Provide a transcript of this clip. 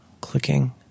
clicking